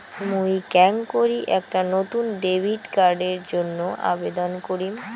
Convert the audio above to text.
মুই কেঙকরি একটা নতুন ডেবিট কার্ডের জন্য আবেদন করিম?